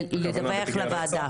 לדווח לוועדה.